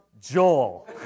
Joel